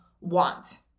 want